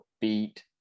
beat